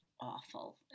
awful